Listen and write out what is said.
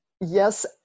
Yes